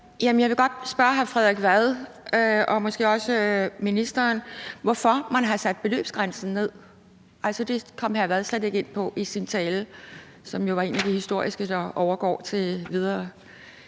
Jeg vil godt spørge hr. Frederik Vad og måske også ministeren om, hvorfor man har sat beløbsgrænsen ned. Altså, det kom hr. Frederik Vad slet ikke ind på i sin tale, som jo var en af de historiske, der overgår til videre